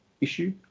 issue